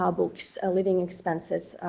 ah books, living expenses,